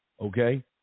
Okay